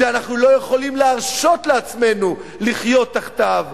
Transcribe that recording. שאנחנו לא יכולים להרשות לעצמנו לחיות תחתיו,